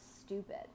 stupid